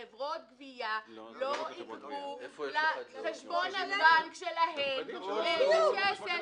חברות גבייה לא יגבו לחשבון הבנק שלהן את הכסף.